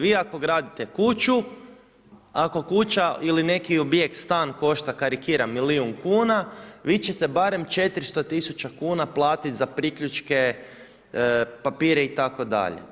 Vi ako gradite kuću, ako kuća ili neki objekt, stan košta karikiram, milijun kuna, vi ćete barem 400 tisuća kuna platiti za priključke, papire itd.